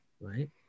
right